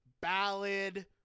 ballad